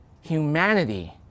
Humanity